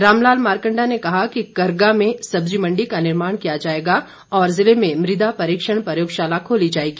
राम लाल मारकंडा ने कहा कि करगा में सब्जी मंडी का निर्माण किया जाएगा और जिले में मृदा परीक्षण प्रयोगशाला खोली जाएगी